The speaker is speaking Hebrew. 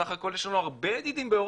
בסך הכול יש לנו הרבה ידידים באירופה,